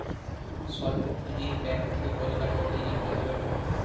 স্বল্প পুঁজির ব্যাংক থেকে কত টাকা অবধি ঋণ পেতে পারি?